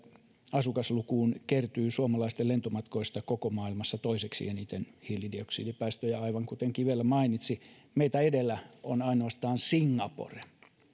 asukaslukuun kertyy suomalaisten lentomatkoista koko maailmassa toiseksi eniten hiilidioksidipäästöjä aivan kuten kivelä mainitsi meitä edellä on ainoastaan singapore